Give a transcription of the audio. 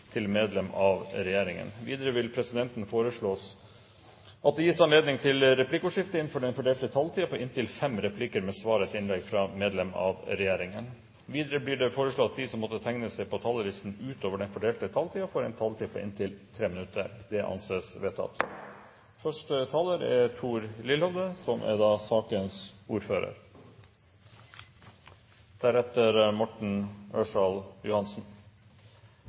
til medlem av regjeringen. Videre vil presidenten foreslå at det gis anledning til replikkordskifte innenfor den fordelte taletid på inntil fem replikker med svar etter innlegg fra medlem av regjeringen. Videre blir det foreslått at de som måtte tegne seg på talerlisten utover den fordelte taletiden, får en taletid på inntil 3 minutter. – Det anses vedtatt. Representanten André Oktay Dahl får ordet på vegne av sakens ordfører,